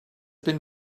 been